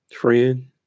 friend